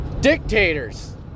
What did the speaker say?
Dictators